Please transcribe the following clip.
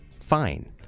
Fine